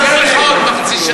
אז אנחנו,